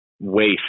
waste